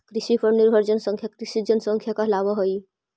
कृषि पर निर्भर जनसंख्या कृषि जनसंख्या कहलावऽ हई